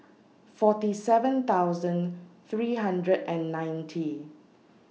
forty seven thousand three hundred and ninety